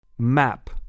Map